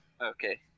Okay